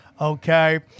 Okay